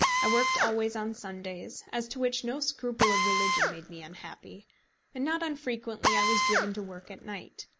i worked always on sundays as to which no scruple of religion made me unhappy and not unfrequently i was driven to work at night.